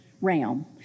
realm